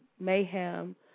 mayhem